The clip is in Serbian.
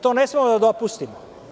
To ne smemo da dopustimo.